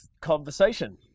conversation